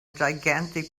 gigantic